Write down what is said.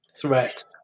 threat